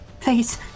Please